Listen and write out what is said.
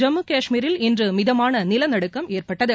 ஜம்மு காஷ்மீரில் இன்று மிதமான நிலநடுக்கம் ஏற்பட்டது